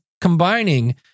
combining